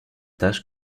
tâche